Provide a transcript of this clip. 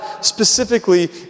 specifically